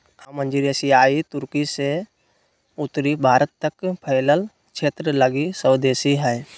आम अंजीर एशियाई तुर्की से उत्तरी भारत तक फैलल क्षेत्र लगी स्वदेशी हइ